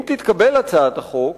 אם תתקבל הצעת החוק,